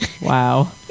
Wow